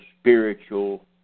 spiritual